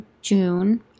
June